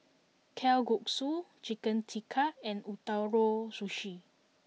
Kalguksu Chicken Tikka and Ootoro Sushi